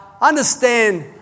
understand